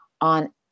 on